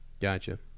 gotcha